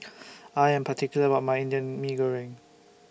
I Am particular about My Indian Mee Goreng